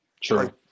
Sure